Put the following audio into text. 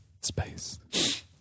space